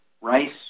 rice